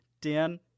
Dan